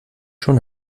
schon